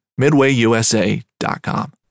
MidwayUSA.com